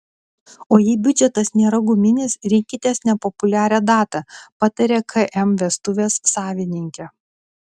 o jei biudžetas nėra guminis rinkitės nepopuliarią datą pataria km vestuvės savininkė